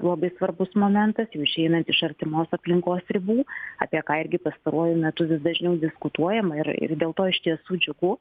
labai svarbus momentas jau išeinant iš artimos aplinkos ribų apie ką irgi pastaruoju metu vis dažniau diskutuojama ir ir dėl to iš tiesų džiugu